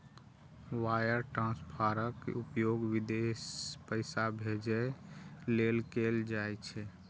wire ट्रांसफरक उपयोग विदेश पैसा भेजै लेल कैल जाइ छै